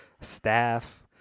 staff